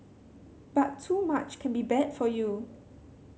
but too much can be bad for you